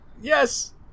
Yes